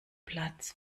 platz